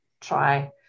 try